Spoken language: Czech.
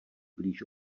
blíž